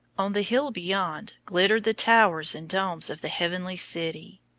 on the hill beyond glittered the towers and domes of the heavenly city.